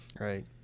right